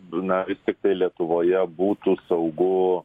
na tai lietuvoje būtų saugu